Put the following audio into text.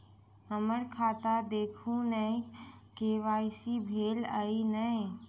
हम्मर खाता देखू नै के.वाई.सी भेल अई नै?